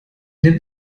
der